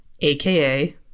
aka